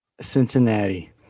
Cincinnati